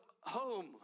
home